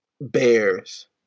Bears